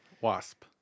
Wasp